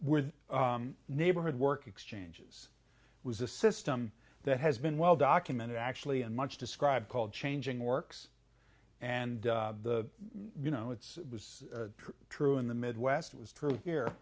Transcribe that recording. were neighborhood work exchanges was a system that has been well documented actually and much described called changing works and the you know it's it was true in the midwest it was true here